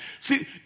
See